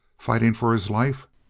fighting for his life?